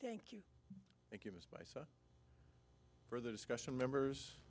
thank you for the discussion members